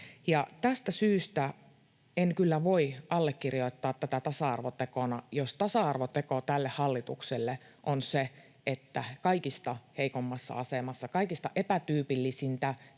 tästä syystä en kyllä voi allekirjoittaa tätä tasa-arvotekona, jos tasa-arvoteko tälle hallitukselle on se, että kaikista heikoimmassa asemassa olevilta, kaikista epätyypillisintä